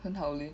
很好 eh